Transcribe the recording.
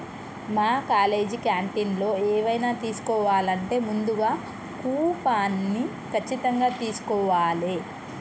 మా కాలేజీ క్యాంటీన్లో ఎవైనా తీసుకోవాలంటే ముందుగా కూపన్ని ఖచ్చితంగా తీస్కోవాలే